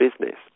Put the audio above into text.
business